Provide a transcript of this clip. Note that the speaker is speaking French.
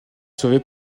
sauvé